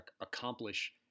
accomplish